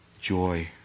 joy